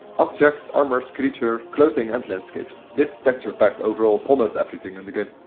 objects, armors, creatures, clothing and landscapes. this texture pack overhauls almost everything in the game.